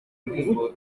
indirimbo